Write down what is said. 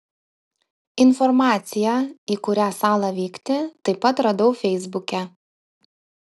informaciją į kurią salą vykti taip pat radau feisbuke